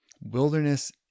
wilderness